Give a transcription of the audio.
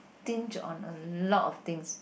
stinge on a lot of things